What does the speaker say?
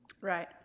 Right